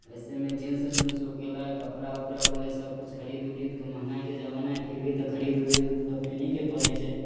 एहिसे मे जीन्स जुन्स हो गेलै कपड़ा वपड़ा हो गेलै सबकिछु खरीद ऊरीद के महँगाइ के जमाना है फिरभी तऽ खरीद ऊरीद कऽ पेनही के परै छै